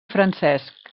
francesc